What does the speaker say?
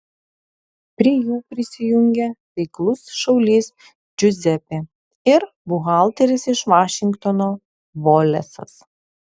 prie jų prisijungia taiklus šaulys džiuzepė ir buhalteris iš vašingtono volesas